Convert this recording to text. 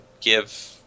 give